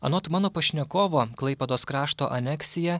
anot mano pašnekovo klaipėdos krašto aneksija